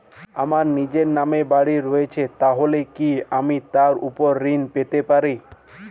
আমার নিজের নামে বাড়ী রয়েছে তাহলে কি আমি তার ওপর ঋণ পেতে পারি?